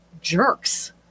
jerks